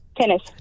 Tennis